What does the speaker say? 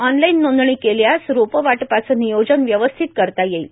online नोंदणी केल्यास रोपे वाटपाचे नियोजन व्यवस्थित करता येईल